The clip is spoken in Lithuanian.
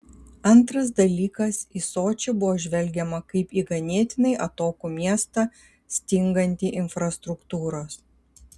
antras dalykas į sočį buvo žvelgiama kaip į ganėtinai atokų miestą stingantį infrastruktūros